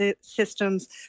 systems